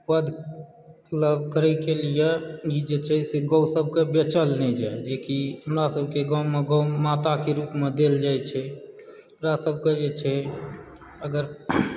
मतलब करयके लिए ई जे छै से गौ सभके बेचल नहि जाइए जेकि हमरा सभकेँ गांँवमे गौ माताके रुपमे देल जाइत छै ओकरा सभकऽ जे छै अगर